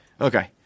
Okay